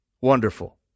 wonderful